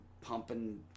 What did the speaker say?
pumping